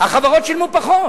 החברות שילמו פחות.